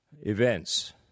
events